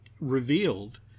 revealed